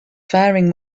faring